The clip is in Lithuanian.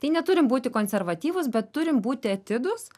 tai neturim būti konservatyvūs bet turim būti atidūs